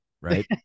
right